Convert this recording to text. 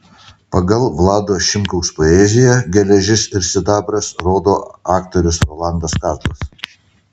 pagal vlado šimkaus poeziją geležis ir sidabras rodo aktorius rolandas kazlas